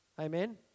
Amen